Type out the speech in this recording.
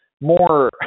more